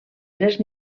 tres